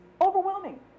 overwhelming